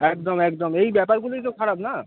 একদম একদম এই ব্যাপারগুলোই তো খারাপ না